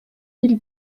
qu’il